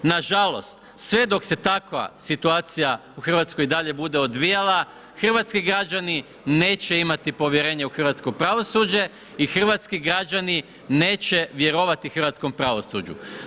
Nažalost, sve dok se takva situacija u Hrvatskoj bude odvijala, hrvatski građani neće imati povjerenje u hrvatsko pravosuđe i hrvatski građani neće vjerovati hrvatskom pravosuđu.